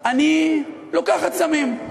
אני לוקחת סמים.